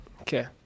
Okay